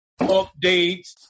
updates